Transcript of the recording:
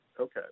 Okay